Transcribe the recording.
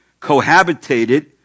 cohabitated